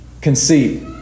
Conceit